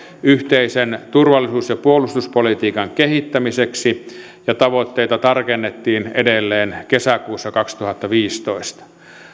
yhteisen turvallisuus ja puolustuspolitiikan kehittämiseksi ja tavoitteita tarkennettiin edelleen kesäkuussa kaksituhattaviisitoista